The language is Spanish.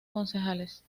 concejales